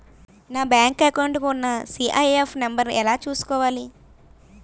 నా bank account కి ఉన్న సి.ఐ.ఎఫ్ నంబర్ ఎలా చూసుకోవాలి?